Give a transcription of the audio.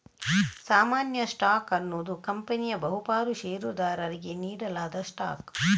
ಸಾಮಾನ್ಯ ಸ್ಟಾಕ್ ಅನ್ನುದು ಕಂಪನಿಯ ಬಹು ಪಾಲು ಷೇರುದಾರರಿಗೆ ನೀಡಲಾದ ಸ್ಟಾಕ್